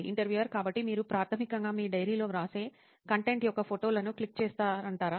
interviewer కాబట్టి మీరు ప్రాథమికంగా మీ డైరీలో వ్రాసే కంటెంట్ యొక్క ఫోటోలను క్లిక్ చేస్తారంటారా